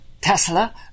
Tesla